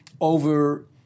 over